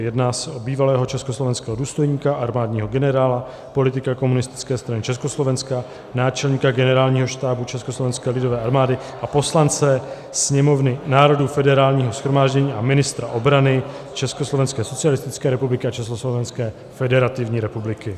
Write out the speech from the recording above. Jedná se o bývalého československého důstojníka, armádního generála, politika Komunistické strany Československa, náčelníka Generálního štábu Československé lidové armády a poslance Sněmovny národů Federálního shromáždění a ministra obrany Československé socialistické republiky a Československé federativní republiky.